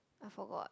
I forgot